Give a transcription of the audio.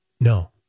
No